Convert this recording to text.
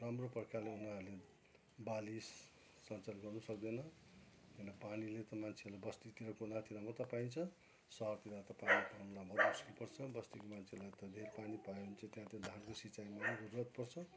राम्रो प्रकारले उनीहरूले बालि सञ्चार गर्नु सक्दैन किन पानीले त मान्छेलाई बस्तीतिर कुनातिर मात्र पाइन्छ सहरतिर त पानी पाउँनुलाई बहुत मुस्किल पर्छ बस्तीको मान्छेलाई त धेरै पानी पायो भने चाहिँ त्यहाँ त धानको सिँचाईमा पनि जरूरत पर्छ